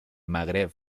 magreb